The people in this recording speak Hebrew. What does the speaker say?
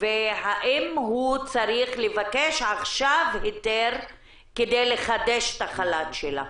האם הוא צריך לבקש עכשיו היתר כדי לחדש את החל"ת שלה?